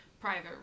Private